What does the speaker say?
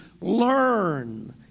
learn